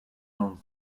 londres